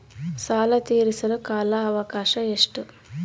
ಸಾಲ ತೇರಿಸಲು ಕಾಲ ಅವಕಾಶ ಎಷ್ಟು?